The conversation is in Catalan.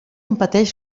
competeix